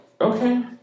Okay